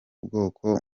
bwoko